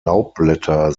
laubblätter